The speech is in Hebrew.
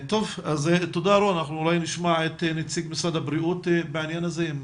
תודה רון, נשמע את נציג משרד הבריאות בעניין זה.